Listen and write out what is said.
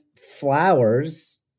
flowers